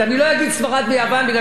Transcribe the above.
מפני שבאמת כבר לא צריך להגיד את זה.